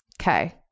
Okay